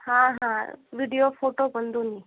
हां हां video photo पण दोन्ही